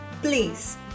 Please